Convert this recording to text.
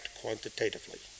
quantitatively